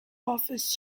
office